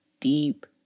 deep